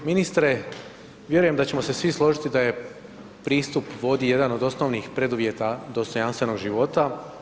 Ministre, vjerujem da ćemo se svi složiti da je pristup vodi jedan od osnovnih preduvjeta dostojanstvenog života.